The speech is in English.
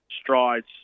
Strides